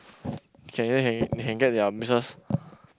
can they hey they can get their business